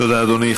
תודה, אדוני.